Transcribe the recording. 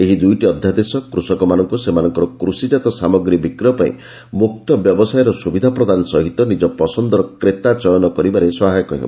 ଏହି ଦୁଇଟି ଅଧ୍ୟାଦେଶ କୃଷକମାନଙ୍କୁ ସେମାନଙ୍କର କୃଷିଜାତ ସାମଗ୍ରୀ ବିକ୍ରୟ ପାଇଁ ମୁକ୍ତ ବ୍ୟବସାୟର ସୁବିଧା ପ୍ରଦାନ ସହିତ ନିଜ ପସନ୍ଦର କ୍ରେତା ଚୟନ କରିବାରେ ସହାୟକ ହେବ